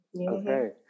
Okay